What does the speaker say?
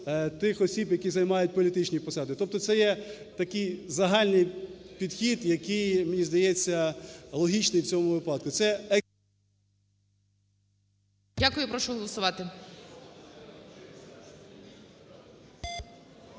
тих осіб, які займають політичні посади. Тобто це є такий загальний підхід, який, мені здається, логічний в цьому випадку.